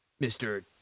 Mr